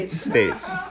States